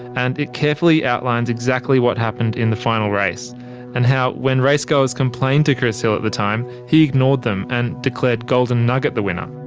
and it carefully outlines exactly what happened in the final race and how when racegoers complained to chris hill at the time, he ignored them and declared golden nugget the winner.